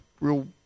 real